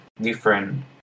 different